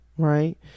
Right